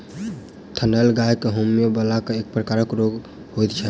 थनैल गाय के होमय बला एक प्रकारक रोग होइत छै